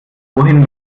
wohin